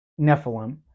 Nephilim